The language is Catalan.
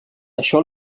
això